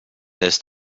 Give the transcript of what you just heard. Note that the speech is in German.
ist